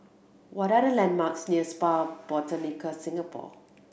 what are the landmarks near Spa Botanica Singapore